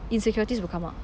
insecurities will come up